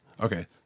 Okay